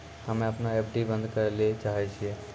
हम्मे अपनो एफ.डी बन्द करै ले चाहै छियै